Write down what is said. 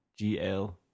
GL